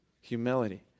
Humility